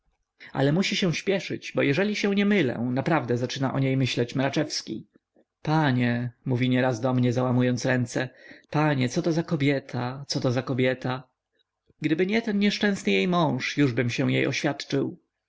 ale musi się śpieszyć bo jeżeli się nie mylę naprawdę zaczyna o niej myśleć mraczewski panie mówi nieraz do mnie załamując ręce panie coto za kobieta coto za kobieta gdyby nie ten nieszczęsny jej mąż jużbym się jej oświadczył